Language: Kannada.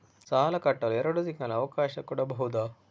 ಸಾಲ ಕಟ್ಟಲು ಎರಡು ತಿಂಗಳ ಅವಕಾಶ ಕೊಡಬಹುದಾ?